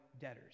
debtors